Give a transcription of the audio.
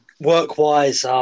Work-wise